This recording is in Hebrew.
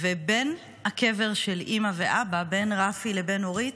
ובין הקבר של אימא ואבא, בין רפי לבין אורית,